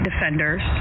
defenders